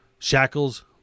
shackles